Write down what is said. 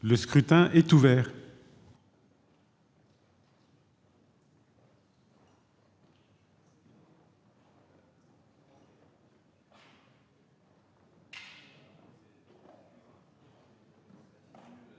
Le scrutin est ouvert.